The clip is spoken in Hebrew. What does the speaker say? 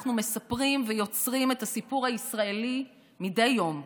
אנחנו מספרים ויוצרים את הסיפור הישראלי מדי יום.